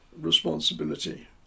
responsibility